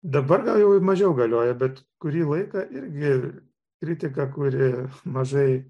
dabar gal jau ir mažiau galioja bet kurį laiką irgi kritika kuri mažai